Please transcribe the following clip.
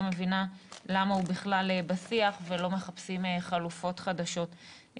מבינה למה הוא בכלל בשיח ולא מחפשים חלופות חדשות.